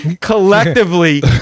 collectively